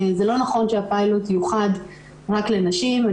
זה לא נכון שהפיילוט יוחד רק לנשים.